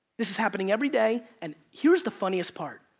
this is happening every day. and here's the funniest part,